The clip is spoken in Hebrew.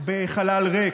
בחלל ריק.